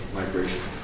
migration